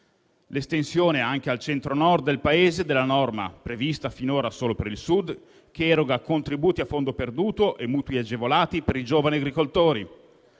l'estensione anche al Centro-Nord del Paese della norma, prevista finora solo per il Sud, che eroga contributi a fondo perduto e mutui agevolati per i giovani agricoltori;